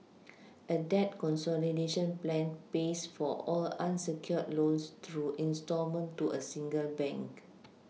a debt consolidation plan pays for all unsecured loans through instalment to a single bank